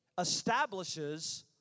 establishes